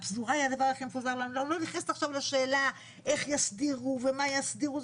אני לא נכנסת עכשיו לשאלה איך יסדירו ומה יסדירו,